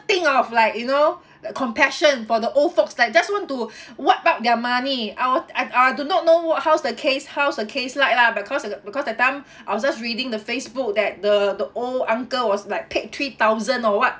think of like you know the compassion for the old folks like just want to wipe out their money I was I I do not know how's the case how's the case like lah because because that time I was just reading the Facebook that the the old uncle was like paid three thousand or what